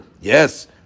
yes